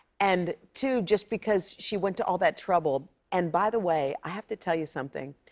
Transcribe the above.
and, two, just because she went to all that trouble. and, by the way, i have to tell you something.